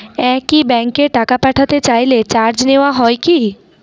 একই ব্যাংকে টাকা পাঠাতে চাইলে চার্জ নেওয়া হয় কি?